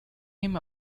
him